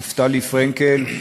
נפתלי פרנקל,